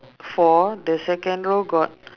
four the second row got